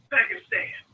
Pakistan